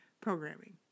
Programming